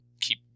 keep